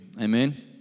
Amen